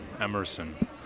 Emerson